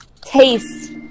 Taste